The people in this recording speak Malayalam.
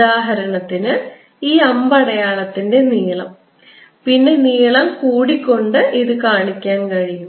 ഉദാഹരണത്തിന് ഈ അമ്പടയാളത്തിന്റെ നീളം പിന്നെ നീളം കൂടിക്കൊണ്ട് ഇത് കാണിക്കാൻ കഴിയും